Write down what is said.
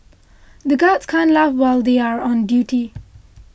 the guards can't laugh while they are on duty